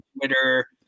Twitter